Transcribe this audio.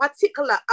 particular